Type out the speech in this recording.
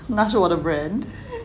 那是我的 brand